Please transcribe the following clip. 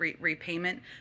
repayment